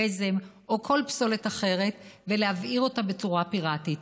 גזם או כל פסולת אחרת ולהבעיר אותה בצורה פיראטית.